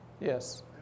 Yes